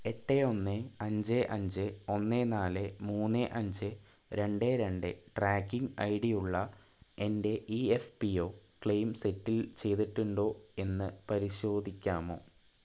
എട്ട് ഒന്ന് അഞ്ച് അഞ്ച് ഒന്ന് നാല് മൂന്ന് അഞ്ച് രണ്ട് രണ്ട് ട്രാക്കിംഗ് ഐ ടിയുള്ള എൻ്റെ ഈ F P O claim settle ചെയ്തിട്ടുണ്ടോ എന്ന് പരിശോധിക്കാമോ